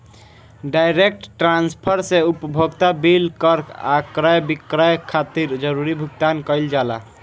direct transfer से उपभोक्ता bill कर आ क्रय विक्रय खातिर जरूरी भुगतान कईल जाला